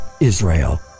Israel